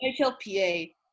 HLPA